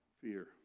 Fear